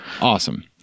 Awesome